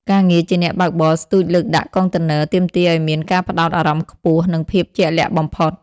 ការងារជាអ្នកបើកបរស្ទូចលើកដាក់កុងតឺន័រ ទាមទារឱ្យមានការផ្ដោតអារម្មណ៍ខ្ពស់ និងភាពជាក់លាក់បំផុត។